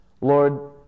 Lord